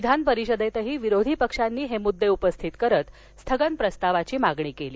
विधान परिषदेतही विरोधी पक्षांनी हे मुद्दे उपस्थित करत स्थगन प्रस्तावाची मागणी केली